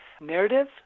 narrative